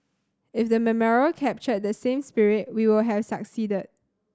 if the memorial captured that same spirit we will have succeeded